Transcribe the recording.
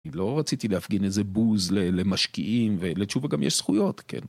לא רציתי להפגין איזה בוז למשקיעים, ולתשובה גם יש זכויות, כן.